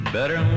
Better